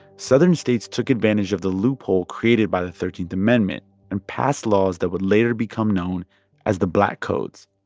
southern states took advantage of the loophole created by the thirteenth amendment and passed laws that would later become known as the black codes.